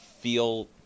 feel